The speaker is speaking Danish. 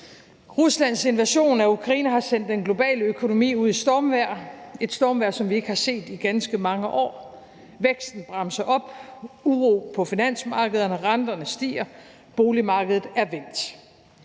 Ruslands invasion af Ukraine har sendt den globale økonomi ud i et stormvejr, et stormvejr, som vi ikke har set i ganske mange år: Væksten bremser op, der er uro på finansmarkederne, renterne stiger, boligmarkedet er vendt.